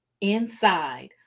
inside